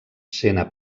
sena